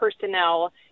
personnel